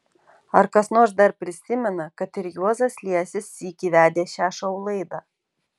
ar kas nors dar prisimena kad ir juozas liesis sykį vedė šią šou laidą